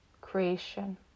creation